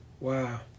wow